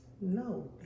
No